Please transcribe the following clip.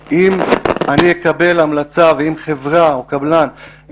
אם אקבל המלצה ואם לקבלן או לחברה יהיה